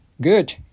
Good